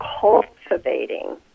cultivating